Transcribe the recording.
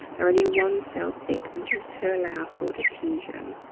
they're only one cell thick, this is to allow for diffusion.